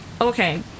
okay